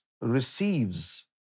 receives